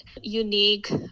unique